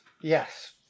yes